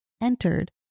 entered